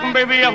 baby